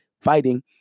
fighting